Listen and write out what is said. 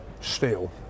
steel